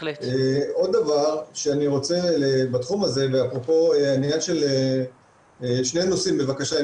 עוד דבר בתחום הזה, שני נושאים בבקשה.